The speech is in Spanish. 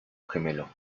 gemelo